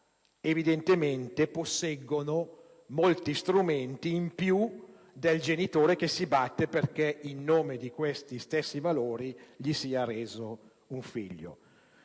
evidentemente posseggono molti strumenti in più del genitore che si batte perché in nome di questi stessi valori gli sia reso un figlio.